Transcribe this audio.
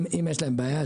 אם יש להם בעיה,